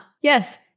Yes